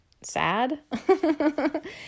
Sad